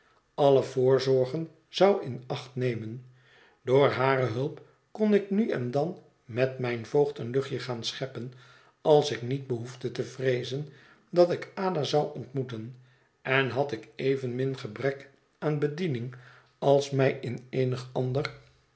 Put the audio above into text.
alle voorzorgen zou in acht nemen door hare hulp kon ik nu en dan met mijn voogd een luchtje gaan scheppen als ik niet behoefde te vreezen dat ik ada zou ontmoeten en had ik evenmin gebrek aan bediening als mij in eenig ander